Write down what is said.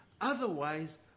Otherwise